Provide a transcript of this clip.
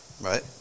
right